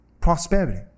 prosperity